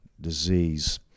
disease